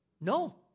No